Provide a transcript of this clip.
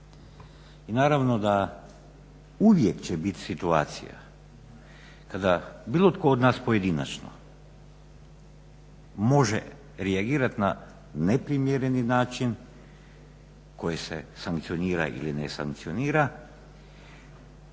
I naravno da uvijek će biti situacija kada bilo tko od nas pojedinačno može reagirati na neprimjereni način koji se sankcionira ili ne sankcionira